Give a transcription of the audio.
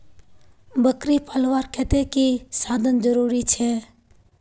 बकरी पलवार केते की की साधन जरूरी छे?